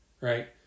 right